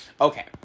Okay